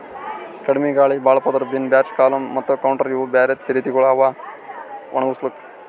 ಕಡಿಮಿ ಗಾಳಿ, ಭಾಳ ಪದುರ್, ಬಿನ್ ಬ್ಯಾಚ್, ಕಾಲಮ್ ಮತ್ತ ಕೌಂಟರ್ ಇವು ಬ್ಯಾರೆ ರೀತಿಗೊಳ್ ಅವಾ ಒಣುಗುಸ್ಲುಕ್